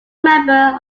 member